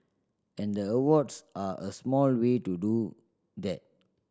and the awards are a small way to do that